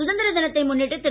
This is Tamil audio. சுதந்திர தினத்தை முன்னிட்டு திரு